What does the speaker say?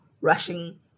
rushing